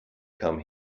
come